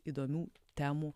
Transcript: įdomių temų